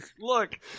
Look